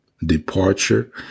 departure